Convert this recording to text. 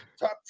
top